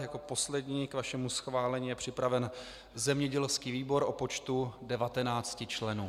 Jako poslední je k vašemu schválení připraven zemědělský výbor o počtu 19 členů.